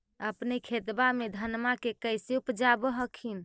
अपने खेतबा मे धन्मा के कैसे उपजाब हखिन?